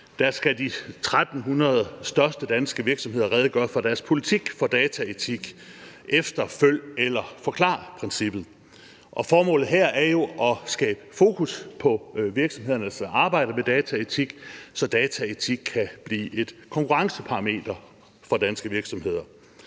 om, at de 1.300 største danske virksomheder skal redegøre for deres politik for dataetik efter følg eller forklar-princippet. Formålet her er jo at skabe fokus på virksomhedernes arbejde med dataetik, så dataetik kan blive et konkurrenceparameter for danske virksomheder,